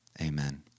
Amen